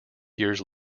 years